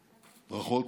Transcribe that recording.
ברכות.